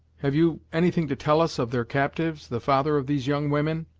have you anything to tell us of their captyves, the father of these young women,